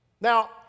Now